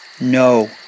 No